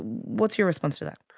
what's your response to that?